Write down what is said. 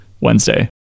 Wednesday